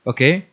Okay